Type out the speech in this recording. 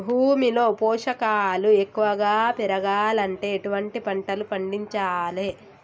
భూమిలో పోషకాలు ఎక్కువగా పెరగాలంటే ఎటువంటి పంటలు పండించాలే?